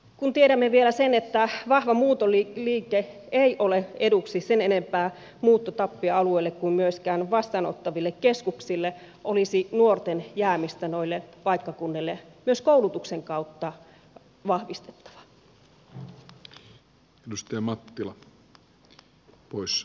kun tiedämme vielä sen että vahva muuttoliike ei ole eduksi sen enempää muuttotappioalueille kuin myöskään vastaanottaville keskuksille olisi nuorten jäämistä noille paikkakunnille myös koulutuksen kautta vahvistettava